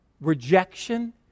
rejection